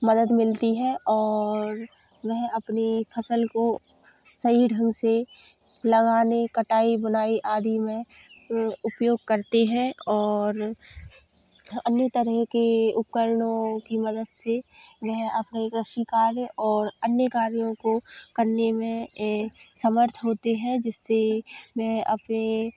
मदद मिलती है और वह अपनी फसल को सही ढंग से लगाने कटाई बुनाई आदि में उपयोग करते हैं और ह अन्य तरह के उपकरणों की मदद से वह अपने कृषि कार्य और अन्य कार्यों को करने में ए समर्थ होते हैं जिससे वह अपने